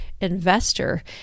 investor